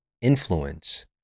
influence